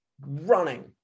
running